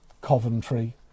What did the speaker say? Coventry